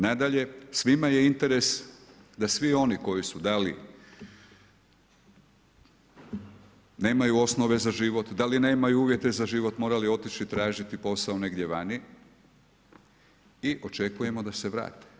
Nadalje, svima je interes da svi oni koji su dali, nemaju osnove za život, da li nemaju uvjete za život, morali otići tražiti posao negdje vani i očekujemo da se vrati.